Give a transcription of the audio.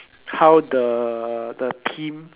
how the the team